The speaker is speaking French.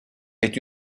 est